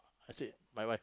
I said my wife